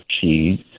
cheese